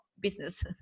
business